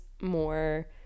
more